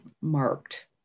marked